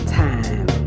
time